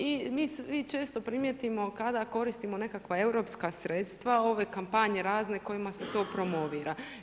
I mi često primijetimo kada koristimo nekakva europske sredstva ove kampanje razne kojima se to promovira.